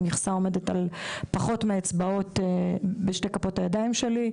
המכסה עומדת על פחות מהאצבעות בשתי כפות הידיים שלי.